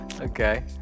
Okay